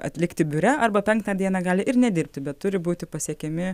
atlikti biure arba penktą dieną gali ir nedirbti bet turi būti pasiekiami